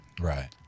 Right